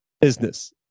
business